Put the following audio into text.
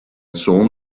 sohn